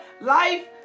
Life